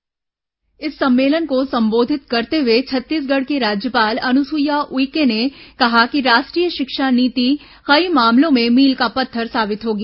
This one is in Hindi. राज्यपाल शिक्षा नीति सुझाव इस सम्मेलन को संबोधित करते हुए छत्तीसगढ़ की राज्यपाल अनुसुईया उइके ने कहा कि राष्ट्रीय शिक्षा नीति कई मामलों में मील का पत्थर साबित होगी